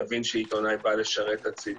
יבין שעיתונאי בא לשרת את הציבור.